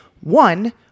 one